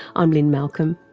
i'm lynne malcolm,